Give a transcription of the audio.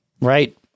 right